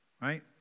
Right